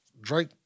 Drake